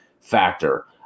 factor